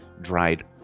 dried